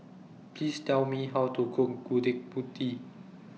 Please Tell Me How to Cook Gudeg Putih